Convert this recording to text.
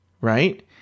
right